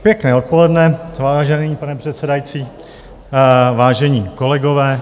Pěkné odpoledne, vážený pane předsedající, vážení kolegové.